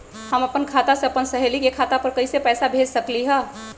हम अपना खाता से अपन सहेली के खाता पर कइसे पैसा भेज सकली ह?